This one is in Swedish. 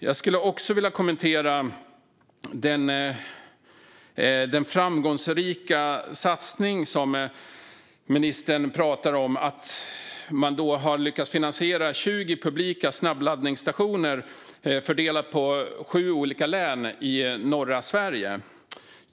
Jag skulle också vilja kommentera den framgångsrika satsning som ministern talar om, där man har lyckats finansiera 20 publika snabbladdningsstationer fördelat på sju olika län i norra Sverige.